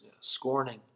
scorning